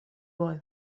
boy